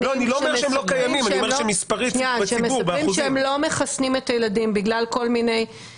שהם מספרים שהם לא מחסנים את הילדים בגלל מידע